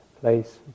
place